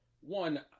one